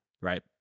right